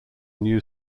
new